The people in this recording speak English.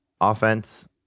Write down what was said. offense